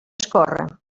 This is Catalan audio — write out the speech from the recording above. escórrer